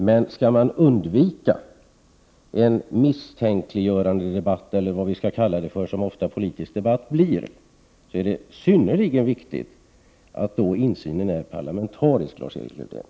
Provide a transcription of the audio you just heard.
Men skall man undvika de misstänkliggöranden eller vad man skall kalla det som ofta sker i politisk debatt är det synnerligen viktigt att insynen i verksamheten är parlamentarisk, Lars-Erik Lövdén.